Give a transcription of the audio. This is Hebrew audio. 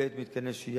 ואת מתקני השהייה,